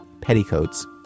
petticoats